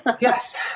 yes